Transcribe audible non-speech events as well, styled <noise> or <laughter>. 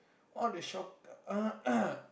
or the shock <noise>